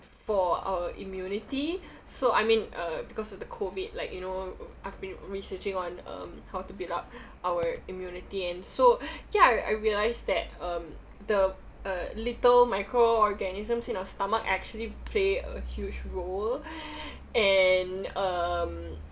for our immunity so I mean uh because of the COVID like you know I've been researching on um how to build up our immunity and so ya I I realize that um the uh little micro organisms in our stomach actually play a huge role and um